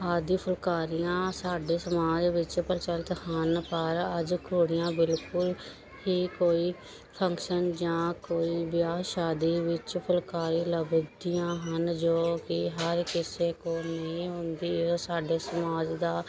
ਆਦਿ ਫੁਲਕਾਰੀਆਂ ਸਾਡੇ ਸਮਾਜ ਵਿੱਚ ਪ੍ਰਚਲਿਤ ਹਨ ਪਰ ਅੱਜ ਕੁੜੀਆਂ ਬਿਲਕੁਲ ਹੀ ਕੋਈ ਫੰਕਸ਼ਨ ਜਾਂ ਕੋਈ ਵਿਆਹ ਸ਼ਾਦੀ ਵਿੱਚ ਫੁਲਕਾਰੀ ਲੱਭਦੀਆਂ ਹਨ ਜੋ ਕਿ ਹਰ ਕਿਸੇ ਕੋਲ ਨਹੀਂ ਹੁੰਦੀ ਉਹ ਸਾਡੇ ਸਮਾਜ ਦਾ